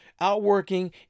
outworking